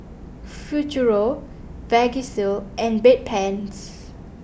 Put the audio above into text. Futuro Vagisil and Bedpans